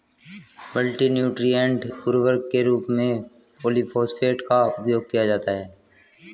multi nutrient उर्वरक के रूप में पॉलिफॉस्फेट का उपयोग किया जाता है